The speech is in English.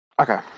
Okay